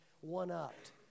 one-upped